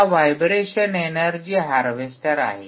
हा vibration energy harvester आहे